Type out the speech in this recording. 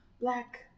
black